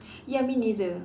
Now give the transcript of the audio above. ya I mean neither